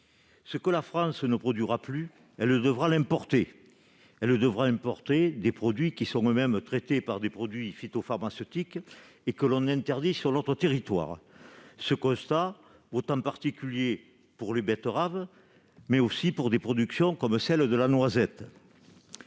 Ce que la France ne produira plus, elle devra l'importer, c'est-à-dire faire venir des produits qui sont eux-mêmes traités par des produits phytopharmaceutiques que l'on interdit sur notre territoire. Ce constat vaut en particulier pour des productions comme celle de la noisette.